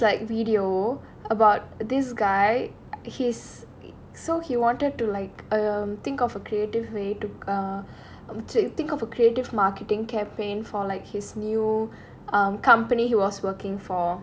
I saw this like video about this guy he's so he wanted to like um think of a creative way to err um to think of a creative marketing campaign for like his new um company he was working for